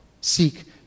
seek